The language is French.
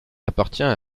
appartient